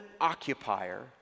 occupier